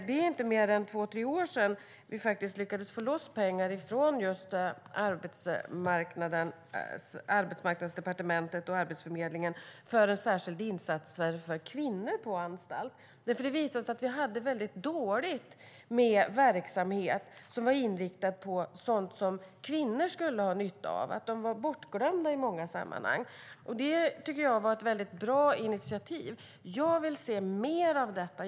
Det är inte mer än två tre år sedan vi lyckades få loss pengar från just Arbetsmarknadsdepartementet och Arbetsförmedlingen för en särskild insats för kvinnor på anstalt. Det visade sig nämligen att det var väldigt dåligt med verksamhet som var inriktad på sådant som kvinnor skulle ha nytta av. De var bortglömda i många sammanhang. Det tycker jag var ett väldigt bra initiativ. Jag vill se mer av detta.